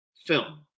film